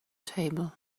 table